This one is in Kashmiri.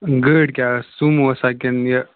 گٲڑۍ کیٛاہ ٲسۍ سوموٗ ٲسا کِنہٕ یہِ